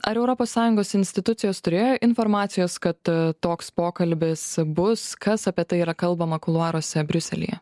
ar europos sąjungos institucijos turėjo informacijos kad toks pokalbis bus kas apie tai yra kalbama kuluaruose briuselyje